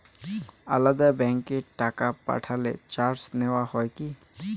আলাদা ব্যাংকে টাকা পাঠালে চার্জ নেওয়া হয় কি?